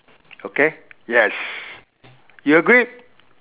okay yes you agree